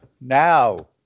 now